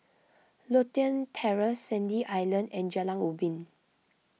Lothian Terrace Sandy Island and Jalan Ubi